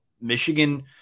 Michigan